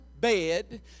bed